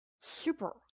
Super